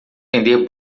vender